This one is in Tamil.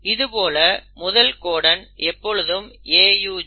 இதுபோல முதல் கோடன் எப்பொழுதும் AUG